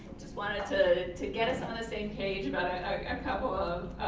just wanted to to get us on the same page about a couple of